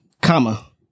comma